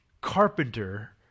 carpenter